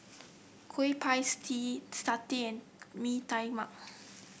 Kueh Pie Tee satay and Mee Tai Mak